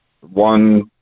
One